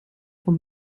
for